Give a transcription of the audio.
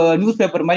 newspaper